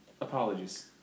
Apologies